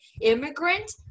immigrant